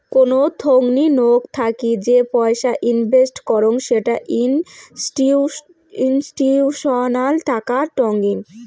কোন থোংনি নক থাকি যেই পয়সা ইনভেস্ট করং সেটা ইনস্টিটিউশনাল টাকা টঙ্নি